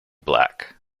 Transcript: black